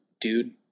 dude